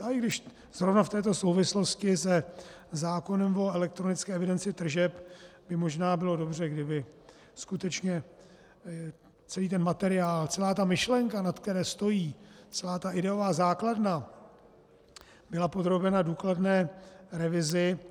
Ale i když zrovna v této souvislosti se zákonem o elektronické evidenci tržeb by možná bylo dobře, kdyby skutečně celý ten materiál, celá ta myšlenka, na které stojí, celá ta ideová základna byla podrobena důkladné revizi.